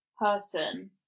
person